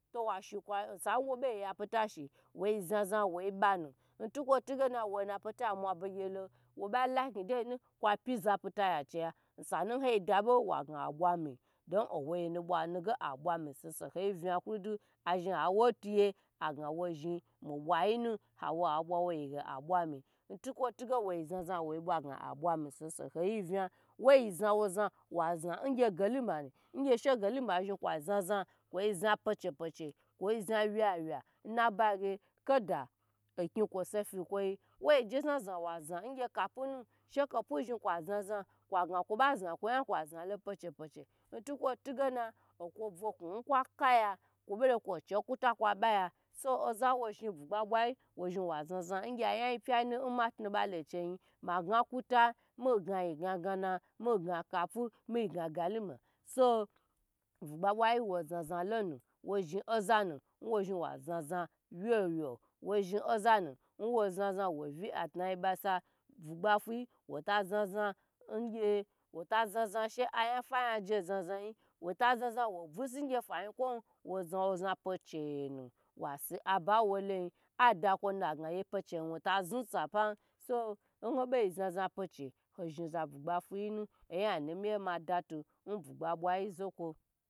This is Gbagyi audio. To kwe wo zaza wo banu ntiguna wona pita mwabugulo wo bala kni deyinu kwa pi za pitaya ncheg sanu na dabo waga abwa mi don oyenu bwa nuge abwami soso hoyi vna ku dubu azhn awo tiye age wo zhn mi bwa yinu howo abwo yige abwami tukwo tige wo zaza wo bwange abwami sosoyi vnaya woi zawoza wa za ngye golumanu ngye she golu ma zhn kwa za pe che peche kwo za we we nbayi ge kada okni kwo sofi nkwo woi jezeza waza inge kapunu she kapu zhn kwa za za kwage kwo ba za kwo yan kwa za ntigena okwo bwoku kwo bolo kwoche nkuta kwa baya ozawa zhn bugba bwa wo zhn wa zaza nge ayeyi pya nu ma knw bma locheyi maga, ta mapa yigagana, miga kapu niga gelima so bugba bwa wo za za lonu wo zhnosanu owa zhn wa zaza weo weo wo zhn ozan nwo zawo vi adnayi basa bugba fuyi wata za za ngyi she ayafaya agy za zayin wota busi ngye faykwo, wo za wu za pacheye wa si ab wo lon adaknu ange pecheyewu ta zinu so no oyanu miya mada tu n bugba bwa yi zokwo